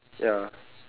ya